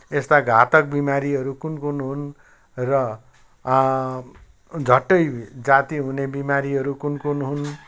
यस्ता घातक बिमारीहरू कुन कुन हुन् र झट्टै जाति हुने बिमारीहरू कुन कुन हुन्